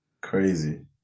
Crazy